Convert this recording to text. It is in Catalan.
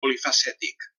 polifacètic